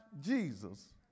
Jesus